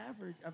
average